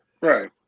Right